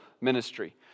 ministry